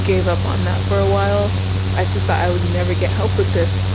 gave up on that for a while i just thought i would never get help with this